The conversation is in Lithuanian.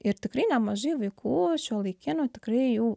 ir tikrai nemažai vaikų šiuolaikinių tikrai jau